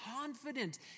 confident